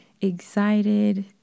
excited